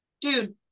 dude